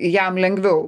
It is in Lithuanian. jam lengviau